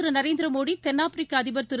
திருநரேந்திரமோடி தென்னாப்பிரிக்கஅதிபர் திரு